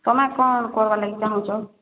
ତୁମେ କ'ଣ କର୍ବା ଲାଗି ଚାହୁଁଛ